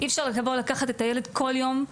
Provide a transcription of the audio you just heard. אי אפשר לבוא לקחת את הילד כל יום,